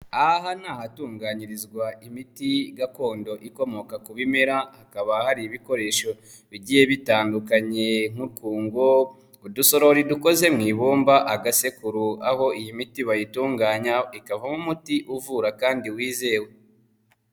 Aha ni ahatunganyirizwa imiti gakondo ikomoka ku bimera, hakaba hari ibikoresho bigiye bitandukanya nk'utwungo, udusorori dukoze mu ibumba, agasekuru, aho iyi miti bayitunganya ikavamo umuti uvura kandi wizewe.